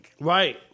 Right